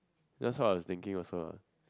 that's what I thinking also lah